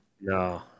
No